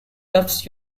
tufts